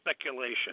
speculation